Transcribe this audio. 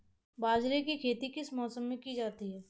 बाजरे की खेती किस मौसम में की जाती है?